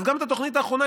אז גם התוכנית האחרונה,